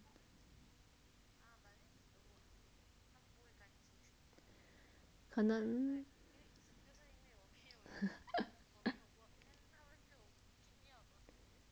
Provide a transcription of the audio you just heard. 可能